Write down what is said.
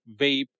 vape